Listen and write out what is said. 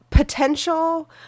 Potential